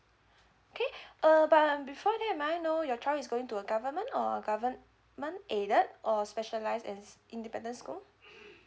okay uh but um before that may I know your child is going to a government or government aided or specialize in independent school